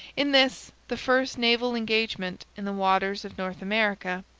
in this, the first naval engagement in the waters of north america,